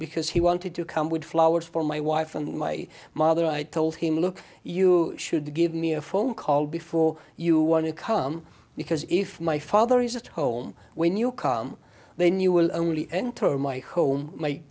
because he wanted to come with flowers for my wife and my mother i told him look you should give me a phone call before you want to come because if my father isn't home when you come then you will only enter my home